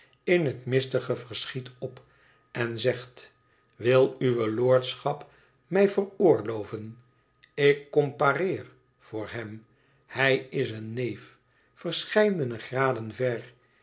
in het mistige verschiet op en zegt wil uwe lordschap mij veroorloven ik compareer voor hem hij is een neef verscheidene graden ver